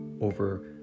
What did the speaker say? over